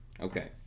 Okay